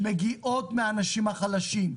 הן מגיעות מהאנשים החלשים,